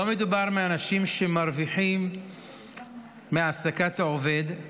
לא מדובר באנשים שמרוויחים מהעסקת העובד,